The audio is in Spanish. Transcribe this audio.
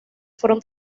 fueron